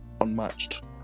unmatched